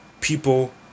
people